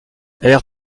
air